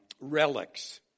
relics